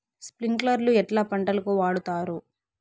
స్ప్రింక్లర్లు ఎట్లా పంటలకు వాడుతారు?